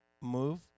Move